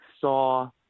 saw